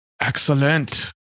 Excellent